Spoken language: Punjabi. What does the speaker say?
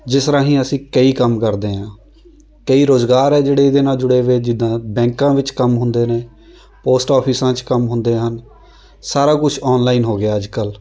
ਜਿਸ ਰਾਹੀ ਅਸੀਂ ਕਈ ਕੰਮ ਕਰਦੇ ਹਾਂ ਕਈ ਰੁਜ਼ਗਾਰ ਹੈ ਜਿਹੜੇ ਇਹਦੇ ਨਾਲ਼ ਜੁੜੇ ਵੇ ਜਿੱਦਾਂ ਬੈਂਕਾਂ ਵਿੱਚ ਕੰਮ ਹੁੰਦੇ ਨੇ ਪੋਸਟ ਓਫ਼ਿਸਾਂ 'ਚ ਕੰਮ ਹੁੰਦੇ ਹਨ ਸਾਰਾ ਕੁਝ ਔਨਲਾਈਨ ਹੋ ਗਿਆ ਅੱਜ ਕੱਲ੍ਹ